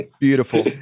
Beautiful